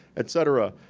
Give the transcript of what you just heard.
et cetera.